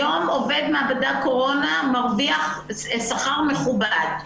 היום עובד מעבדת קורונה מרוויח שכר מכובד.